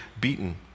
beaten